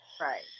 Right